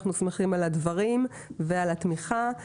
אנחנו שמחים על הדברים ועל התמיכה.